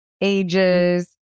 ages